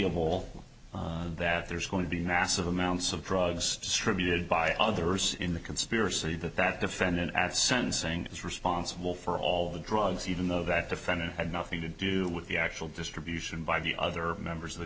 wall that there's going to be massive amounts of drugs distributed by others in the conspiracy that that defendant at sentencing is responsible for all the drugs even though that defendant had nothing to do with the actual distribution by the other members of the